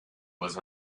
was